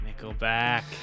Nickelback